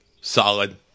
Solid